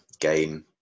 game